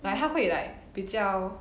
like 它会 like 比较